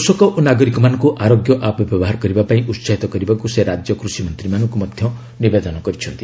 କୃଷକ ଓ ନାଗରିକମାନଙ୍କୁ ଆରୋଗ୍ୟ ଆପ୍ ବ୍ୟବହାର କରିବା ପାଇଁ ଉତ୍ସାହିତ କରିବାକୁ ସେ ରାଜ୍ୟ କୃଷିମନ୍ତ୍ରୀମାନଙ୍କୁ ନିବେଦନ କରିଛନ୍ତି